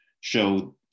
show